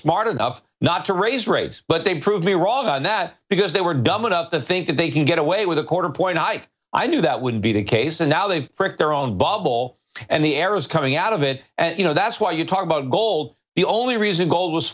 smart enough not to raise rates but they prove me wrong on that because they were dumb enough to think that they can get away with a quarter point hike i knew that would be the case and now they've pricked their own bubble and the arrows coming out of it and you know that's why you talk about gold the only reason gold was